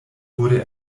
wurde